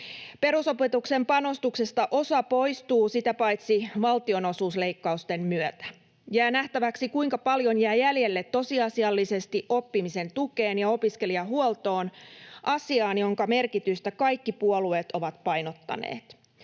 Perusopetukseen panostuksesta osa poistuu sitä paitsi valtionosuusleikkausten myötä. Jää nähtäväksi, kuinka paljon jää jäljelle tosiasiallisesti oppimisen tukeen ja opiskelijahuoltoon, asiaan, jonka merkitystä kaikki puolueet ovat painottaneet.